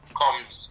comes